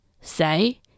say